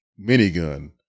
minigun